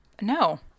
no